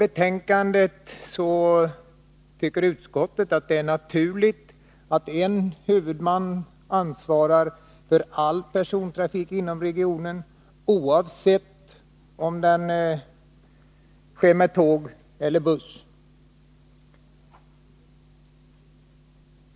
Enligt utskottet är det naturligt att en huvudman ansvarar för all persontrafik inom regionen, oavsett om den sker med tåg eller med buss.